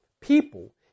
people